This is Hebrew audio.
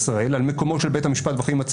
יום הזיכרון המשותף למחבלים ולחיילים --- זה